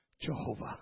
Jehovah